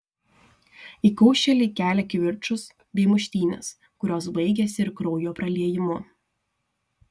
įkaušėliai kelia kivirčus bei muštynes kurios baigiasi ir kraujo praliejimu